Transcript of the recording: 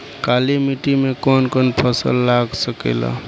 काली मिट्टी मे कौन कौन फसल लाग सकेला?